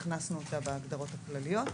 הכנסנו אותה בהגדרות הכלליות.